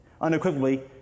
unequivocally